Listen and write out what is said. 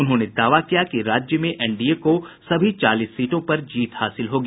उन्होंने दावा किया कि राज्य में एनडीए को सभी चालीस सीटों पर जीत हासिल होगी